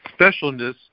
Specialness